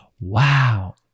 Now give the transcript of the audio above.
Wow